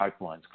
pipelines